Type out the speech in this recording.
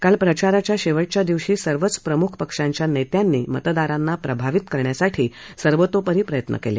काल प्रचाराच्या शेवटच्या दिवशी सर्वच प्रमुख पक्षांच्या नेत्यांनी मतदारांना प्रभावित करण्यासाठी सर्वतोपरी प्रयत्न केले